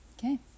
Okay